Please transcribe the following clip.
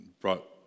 Brought